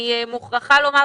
אני מוכרחה לומר,